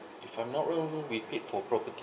if I'm not wrong we paid for property